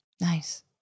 Nice